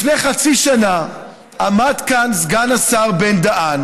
לפני חצי שנה עמד כאן סגן השר בן-דהן